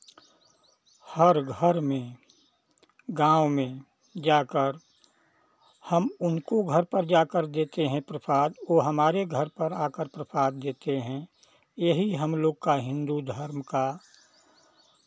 हर घर में गाँव में जाकर हम उनको घर पर जाकर देते हैं प्रसाद ओ हमारे घर पर आकर प्रसाद देते हैं यही हमलोग का हिन्दू धर्म का